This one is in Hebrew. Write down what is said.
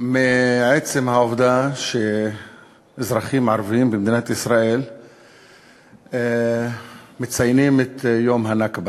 מעצם העובדה שאזרחים ערבים במדינת ישראל מציינים את יום הנכבה.